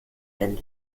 den